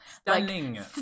Stunning